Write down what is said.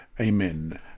Amen